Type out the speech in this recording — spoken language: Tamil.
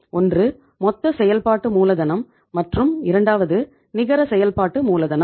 ஒன்று மொத்த செயல்பாட்டு மூலதனம் மற்றும் இரண்டாவது நிகர செயல்பாட்டு மூலதனம்